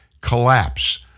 collapse